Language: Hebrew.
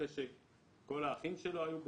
אחרי שכל האחים שלו היו בצה"ל.